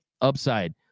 upside